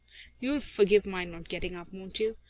you'll forgive my not getting up, won't you?